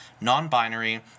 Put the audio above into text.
non-binary